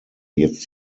jetzt